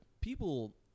people